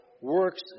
works